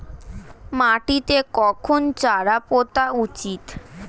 মাটিতে কখন চারা পোতা উচিৎ?